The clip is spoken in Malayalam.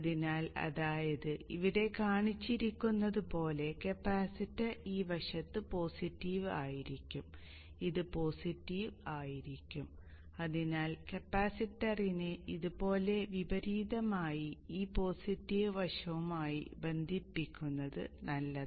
അതിനാൽ അതായത് ഇവിടെ കാണിച്ചിരിക്കുന്നതുപോലെ കപ്പാസിറ്റർ ഈ വശത്ത് പോസിറ്റീവ് ആയിരിക്കും ഇത് പോസിറ്റീവ് ആയിരിക്കും അതിനാൽ കപ്പാസിറ്ററിനെ ഇതുപോലെ വിപരീതമായി ഈ പോസിറ്റീവ് വശവുമായി ബന്ധിപ്പിക്കുന്നതാണ് നല്ലത്